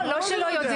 זה לא שהוא לא יודע.